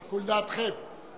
תודה רבה,